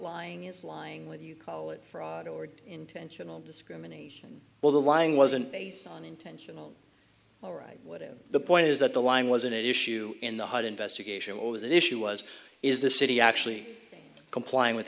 lying is lying when you call it fraud or intentional discrimination well the lying wasn't based on intentional what is the point is that the line wasn't an issue in the hot investigation it was an issue was is the city actually complying with